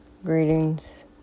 Greetings